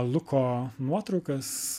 luko nuotraukas